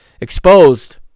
exposed